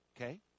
Okay